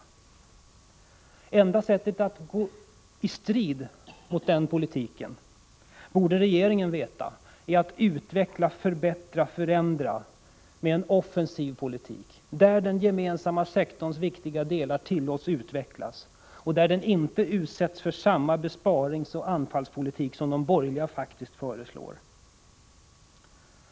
Det enda sättet att strida mot denna politik — det borde regeringen veta—är att utveckla, förbättra och förändra med en offensiv politik där den gemensamma sektorns viktiga delar tillåts utvecklas och där den offentliga sektorn inte utsätts för samma besparingsoch anfallspolitik som de borgerliga faktiskt föreslår.